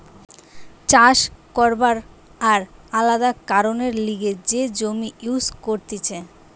চাষ করবার আর আলাদা কারণের লিগে যে জমি ইউজ করতিছে